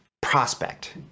prospect